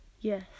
Yes